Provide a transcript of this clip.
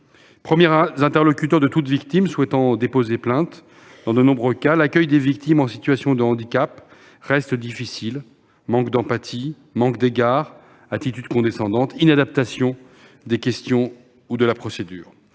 premiers interlocuteurs de toute victime souhaitant déposer plainte. Dans de nombreux cas, l'accueil de victimes en situation de handicap reste difficile : absence d'empathie, manque d'égards, attitude condescendante, inadaptation des questions ou de la procédure.